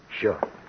Sure